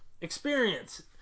Experience